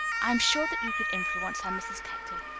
i am sure that you could influence her, mrs. keckley.